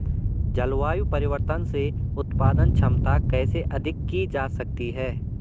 जलवायु परिवर्तन से उत्पादन क्षमता कैसे अधिक की जा सकती है?